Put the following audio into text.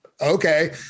Okay